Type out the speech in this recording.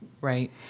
Right